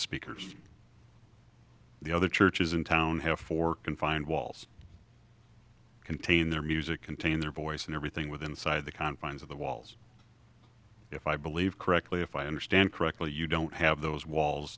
speakers the other churches in town have for confined walls contain their music contain their voice and everything within sight of the confines of the walls if i believe correctly if i understand correctly you don't have those walls